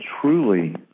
truly